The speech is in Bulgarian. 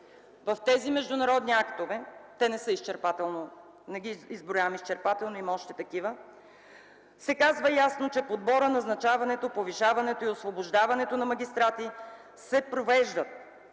В тези международни актове – не ги изброявам изчерпателно, има още такива, се казва ясно, че подборът, назначаването, повишаването и освобождаването на магистрати се провеждат